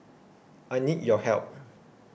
I need your help